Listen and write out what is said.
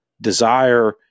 desire